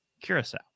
Curacao